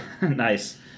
Nice